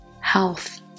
health